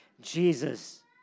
Jesus